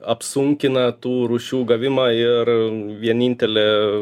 apsunkina tų rūšių gavimą ir vienintelė